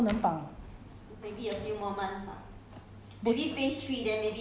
现在完全绑不到 leh 不可以绑了我现在想怎绑都不能绑